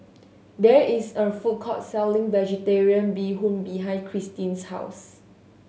there is a food court selling Vegetarian Bee Hoon behind Christin's house